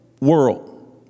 world